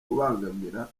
kubangamira